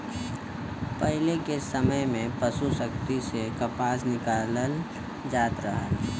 पहिले के समय में पसु शक्ति से कपास निकालल जात रहल